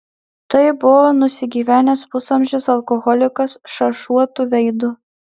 tai buvo nusigyvenęs pusamžis alkoholikas šašuotu veidu